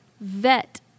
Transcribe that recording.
vet